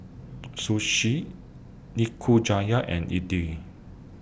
Sushi Nikujaga and Idili